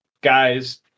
guy's